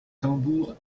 tambours